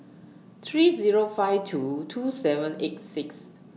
three Zero five two two seven eight six